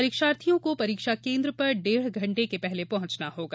परीक्षार्थियों को परीक्षा केन्द्र पर डेढ़ घंटे के पहले पहुंचना होगा